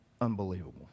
unbelievable